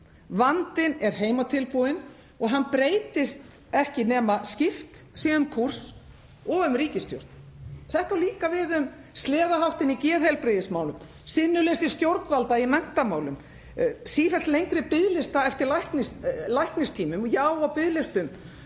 Vandinn er heimatilbúinn og hann breytist ekki nema skipt sé um kúrs og um ríkisstjórn. Þetta á líka við um sleðaháttinn í geðheilbrigðismálum, sinnuleysi stjórnvalda í menntamálum, sífellt lengri biðlista eftir læknistímum, já og biðlista